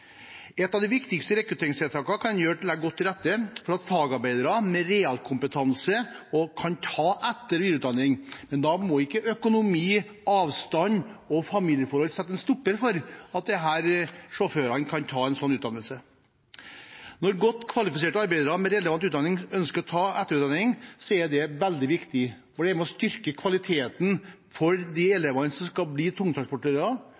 Et av de viktigste rekrutteringstiltakene en kan gjøre, er å legge godt til rette for at fagarbeidere med realkompetanse også kan ta etter- og videreutdanning, men da må ikke økonomi, avstand og familieforhold sette en stopper for at disse sjåførene kan ta en slik utdannelse. Når godt kvalifiserte arbeidere med relevant utdanning ønsker å ta etterutdanning, er det veldig viktig, for det er med på å styrke kvaliteten for de